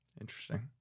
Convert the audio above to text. Interesting